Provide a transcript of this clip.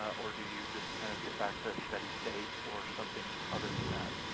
or do you just kind of get back to a steady state or something other than that?